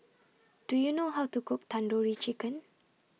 Do YOU know How to Cook Tandoori Chicken